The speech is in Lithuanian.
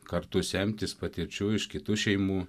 kartu semtis patirčių iš kitų šeimų